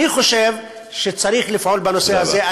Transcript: אני חושב שצריך לפעול בנושא הזה.